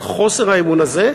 על חוסר האמון הזה,